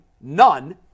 none